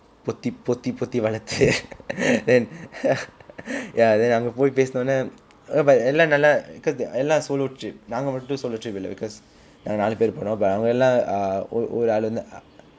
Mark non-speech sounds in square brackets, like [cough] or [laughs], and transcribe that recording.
பொத்தி பொத்தி பொத்தி வளர்த்து:potthi potthi potthi valartthu [laughs] then [laughs] ya then அங்க போய் பேசுனாவொடனே :anga poi pesunaavodane eh but எல்லா நல்லா:ellaa nallaa cause their எல்லா:ellaa solo trip நாங்க மட்டும்:naanga mattum solo trip இல்லை:illai because நாலு பேரு போனோம்:naalu peru ponom but அவங்க எல்லாம் ஓர் ஓர் ஆளும்தான்:avnga ellaam or or aalumthaan